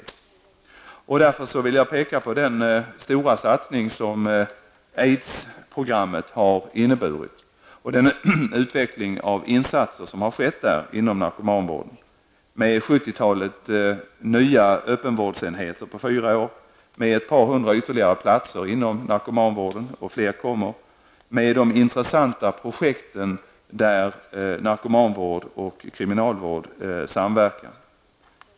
Jag vill därför peka på den stora satsning som aidsprogrammet har inneburit och den utveckling av insatser som har skett inom narkomanvården. Det rör sig om ett sjuttiotal nya öppenvårdsenheter på fyra år och ytterligare ett par hundra platser inom narkomanvården -- och fler kommer. Det rör sig vidare om intressanta projekt där narkomanvård och kriminalvård samverkar.